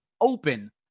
open